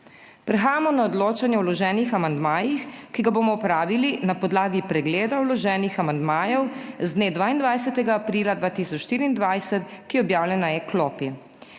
Prehajamo na odločanje o vloženih amandmajih, ki ga bomo opravili na podlagi pregleda vloženih amandmajev z dne 22. aprila 2024, ki je objavljen na e-klopi.